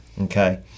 Okay